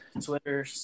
Twitter